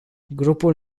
grupul